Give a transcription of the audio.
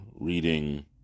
reading